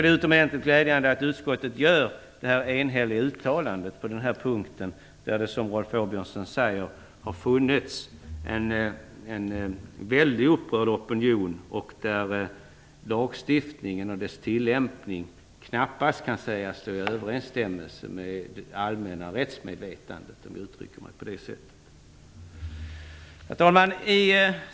Det är utomordentligt glädjande att utskottet gör det här enhälliga uttalandet på den här punkten, där det, som Rolf Åbjörnsson säger, har funnits en väldigt upprörd opinion och där lagstiftningen och dess tilllämpning knappast kan sägas stå i överensstämmelse med det allmänna rättsmedvetandet. Herr talman!